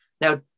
Now